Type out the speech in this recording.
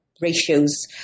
ratios